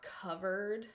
covered